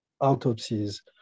autopsies